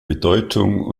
bedeutung